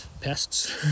pests